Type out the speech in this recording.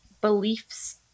beliefs